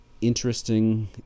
interesting